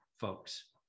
folks